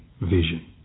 vision